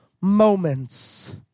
moments